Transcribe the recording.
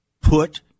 put